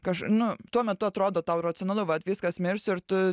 kaž nu tuo metu atrodo tau racionalu vat viskas miršti ir tu